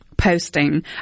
Posting